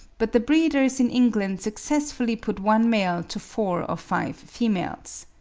but the breeders in england successfully put one male to four or five females.